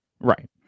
Right